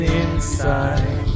inside